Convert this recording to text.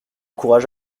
courage